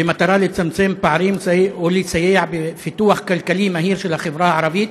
במטרה לצמצם פערים ולסייע בפיתוח כלכלי מהיר של החברה הערבית,